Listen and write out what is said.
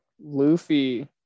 Luffy